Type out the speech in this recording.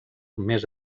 més